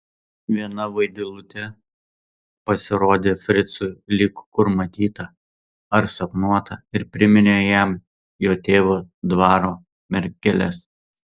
viena vaidilutė pasirodė fricui lyg kur matyta ar sapnuota ir priminė jam jo tėvo dvaro mergeles